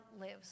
lives